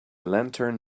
lantern